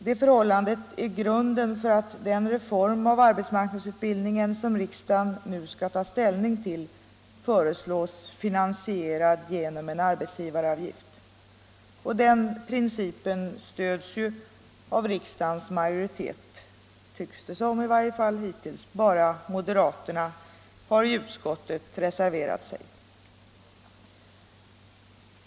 Det förhållandet är grunden för att den reform av arbetsmarknadsutbildningen som riksdagen nu skall ta ställning till föreslås finansierad genom en arbetsgivaravgift. Den principen stöds ju av riksdagens majoritet — tycks det — i varje fall hittills; bara moderaterna har i utskottet reserverat sig.